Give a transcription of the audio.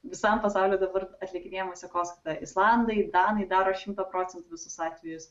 visam pasauly dabar atlikinėjama sekoskaita islandai danai daro šimtą procentų visus atvejus